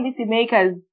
policymakers